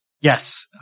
Yes